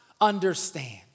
understand